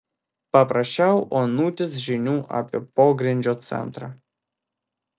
paprašiau onutės žinių apie pogrindžio centrą